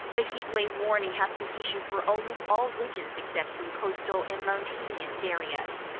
a heat wave warning has been issued for almost all regions except some coastal and mountainous areas.